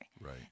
Right